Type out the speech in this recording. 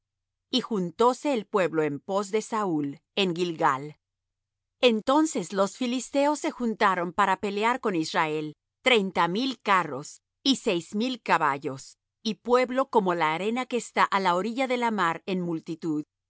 y juntóse el pueblo en pos de saúl en gilgal entonces los filisteos se juntaron para pelear con israel treinta mil carros y seis mil caballos y pueblo como la arena que está á la orilla de la mar en multitud y